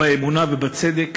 באמונה ובצדק,